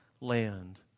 land